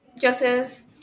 Joseph